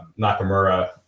Nakamura